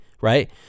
right